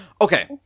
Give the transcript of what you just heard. Okay